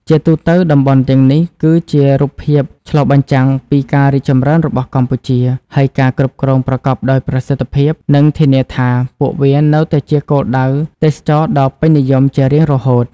ជាទូទៅ តំបន់ទាំងនេះគឺជារូបភាពឆ្លុះបញ្ចាំងពីការរីកចម្រើនរបស់កម្ពុជា ហើយការគ្រប់គ្រងប្រកបដោយប្រសិទ្ធភាពនឹងធានាថា ពួកវានៅតែជាគោលដៅទេសចរណ៍ដ៏ពេញនិយមជារៀងរហូត។